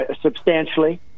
substantially